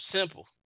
Simple